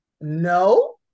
No